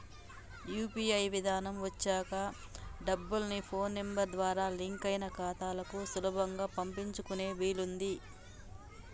UPI విధానం వచ్చాక డబ్బుల్ని ఫోన్ నెంబర్ ద్వారా లింక్ అయిన ఖాతాలకు సులభంగా పంపించుకునే వీలుంది